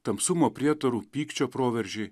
tamsumo prietarų pykčio proveržiai